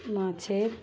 মাছে